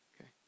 okay